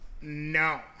No